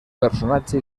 personatge